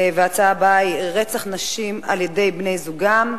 והפעם הצעות לסדר-היום בנושא: רצח נשים על-ידי בני-זוגן,